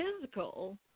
physical